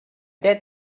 that